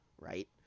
right